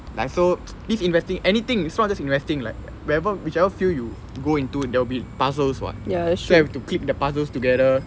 like so this investing anything so this investing like wherever whichever field you go into there will be puzzles what so you have to click the puzzles together